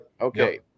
Okay